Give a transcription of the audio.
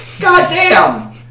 Goddamn